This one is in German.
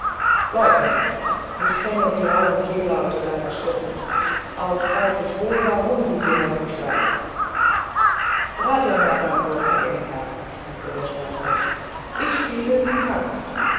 leugne nicht ich kenne die rauhen kehlenlaute deiner stimme auch weiß ich wohl warum du hier umherschleichst rajanaga vorzeigen herr sagte der schwarze ich spiele sie tanzt